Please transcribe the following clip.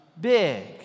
big